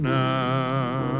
now